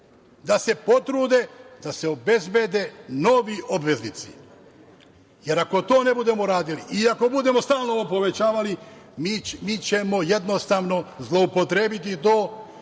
da se potrude, da se obezbede novi obveznici. Ako to ne budemo radili i ako budemo stalno ovo povećavali mi ćemo jednostavno zloupotrebiti i